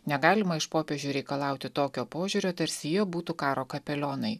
negalima iš popiežių reikalauti tokio požiūrio tarsi jie būtų karo kapelionai